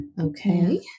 Okay